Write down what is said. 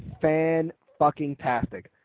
fan-fucking-tastic